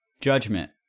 judgment